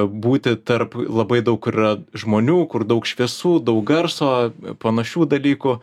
būti tarp labai daug yra žmonių kur daug šviesų daug garso panašių dalykų